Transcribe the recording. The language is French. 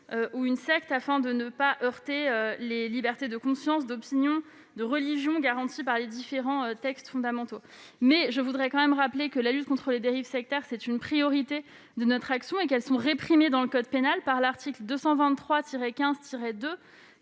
ou une secte, afin de ne pas heurter les libertés de conscience, d'opinion, de religion, qui sont garanties par les différents textes fondamentaux. Je voudrais tout de même rappeler que la lutte contre les dérives sectaires est une priorité de notre action. Celles-ci sont réprimées par l'article 223-15-2